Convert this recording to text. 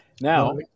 Now